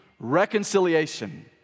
reconciliation